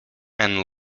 and